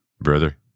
brother